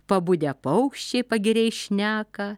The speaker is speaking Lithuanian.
pabudę paukščiai pagiriais šneka